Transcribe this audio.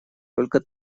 только